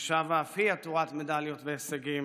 ששבה אף היא עטורת מדליות והישגים,